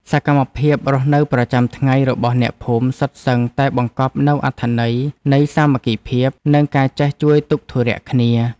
សកម្មភាពរស់នៅប្រចាំថ្ងៃរបស់អ្នកភូមិសុទ្ធសឹងតែបង្កប់នូវអត្ថន័យនៃសាមគ្គីភាព និងការចេះជួយទុក្ខធុរៈគ្នា។